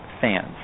fans